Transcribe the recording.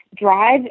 drive